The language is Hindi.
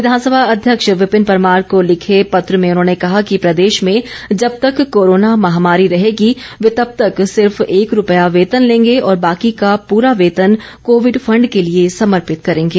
विधानसभा अध्यक्ष विपिन परमार को लिंखे पत्र में उन्होंने कहा है कि प्रदेश में जब तक कोरोना महामारी रहेगी वे तब तक सिर्फ एक रूपया वेतन लेंगे और बाकि का पूरा वेतन कोविड फंड के लिए समर्पित करेंगे